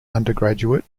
undergraduate